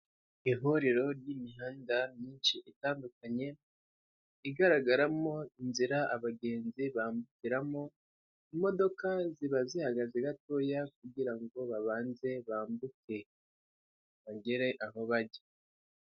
Ihuriro ry' imihanda myinshi itandukanye , igaragaramo inzira abagenzi bambukiramo, imodoka ziba zihagaze gatoya kugirango babanze bambuke, bagere aho bajya.